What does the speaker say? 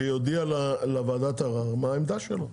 שיודיע לוועדת ערר מה העמדה שלו.